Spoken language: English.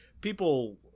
people